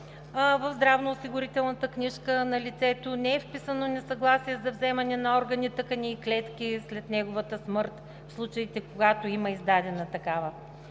в здравноосигурителната книжка на лицето не е вписано несъгласие за вземане на органи, тъкани и клетки след неговата смърт, в случаите, когато има издадена такава,